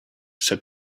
said